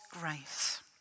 grace